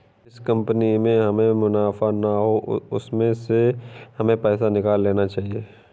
जिस कंपनी में हमें मुनाफा ना हो उसमें से हमें पैसे निकाल लेने चाहिए